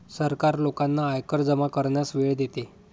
सरकार लोकांना आयकर जमा करण्यास वेळ देते